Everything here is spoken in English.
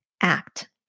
Act